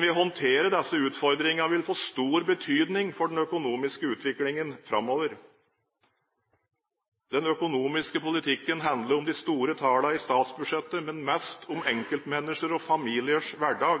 vi håndterer disse utfordringene, vil få stor betydning for den økonomiske utviklingen framover. Den økonomiske politikken handler om de store tallene i statsbudsjettet, men mest om enkeltmennesker og familiers hverdag.